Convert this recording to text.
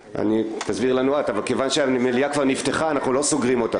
כיוון שהמליאה כבר נפתחה אנחנו לא סוגרים אותה.